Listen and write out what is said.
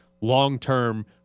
long-term